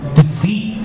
defeat